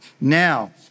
now